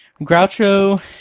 Groucho